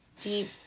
deep